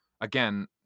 again